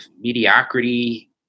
mediocrity